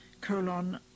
colon